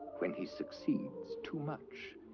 when he succeeds too much,